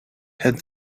had